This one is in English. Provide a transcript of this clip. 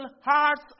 hearts